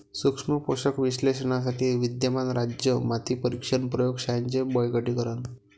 सूक्ष्म पोषक विश्लेषणासाठी विद्यमान राज्य माती परीक्षण प्रयोग शाळांचे बळकटीकरण